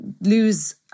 lose